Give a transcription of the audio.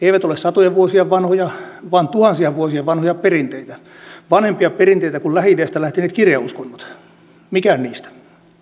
eivät ole satoja vuosia vanhoja vaan tuhansia vuosia vanhoja perinteitä vanhempia perinteitä kuin lähi idästä lähteneet kirjauskonnot mikään niistä